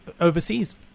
overseas